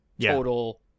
total